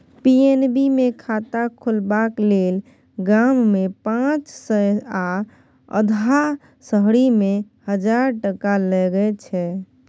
PNB मे खाता खोलबाक लेल गाममे पाँच सय आ अधहा शहरीमे हजार टका लगै छै